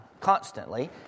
constantly